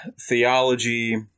theology